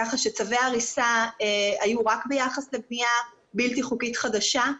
ככה שצווי הריסה היו רק ביחס לבנייה בלתי חוקית חדשה,